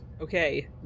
Okay